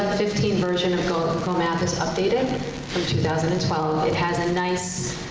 fifteen version of go go math is updated from two thousand and twelve. it has a nice,